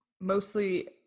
mostly